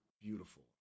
beautiful